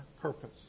purpose